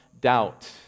doubt